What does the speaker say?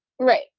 Right